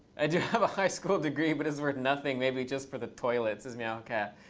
i do have a high school degree, but it's worth nothing, maybe just for the toilets, says myaocat.